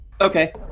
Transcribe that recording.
Okay